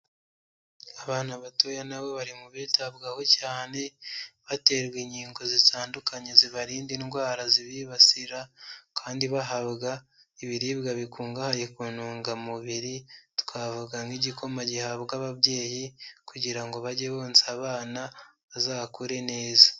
Abana batoya nabo bari mu bitabwaho cyane baterwa inkingo zitandukanye zibarinda indwara zibibasira, kandi bahabwa ibiribwa bikungahaye ku ntungamubiri, twavuga nk'igikoma gihabwa ababyeyi kugira ngo bajye bonsa abana bazakure neza.